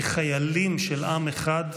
כחיילים של עם אחד,